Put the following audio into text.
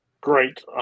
great